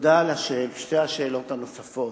תודה על שתי השאלות הנוספות.